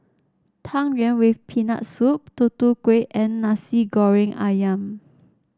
Tang Yuen with Peanut Soup Tutu Kueh and Nasi Goreng ayam